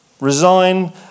Resign